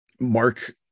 Mark